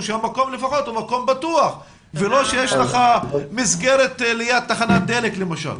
שהמקום לפחות הוא מקום בטוח ולא שיש לך מסגרת ליד תחנת דלק למשל.